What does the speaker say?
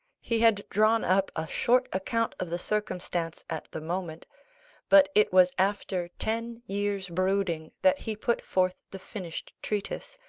he had drawn up a short account of the circumstance at the moment but it was after ten years' brooding that he put forth the finished treatise,